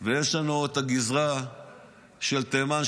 ויש לנו את הגזרה של תימן,